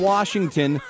Washington